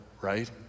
right